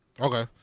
Okay